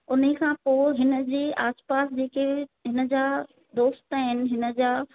उन्ही खां पोइ हिन जे आसि पासि जेके हिन जा दोस्त आहिनि हिन जा